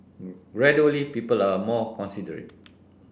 gradually people are more considerate